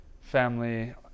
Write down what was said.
family